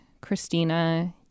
Christina